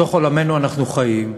בתוך עולמנו אנחנו חיים,